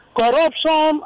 corruption